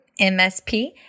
MSP